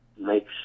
makes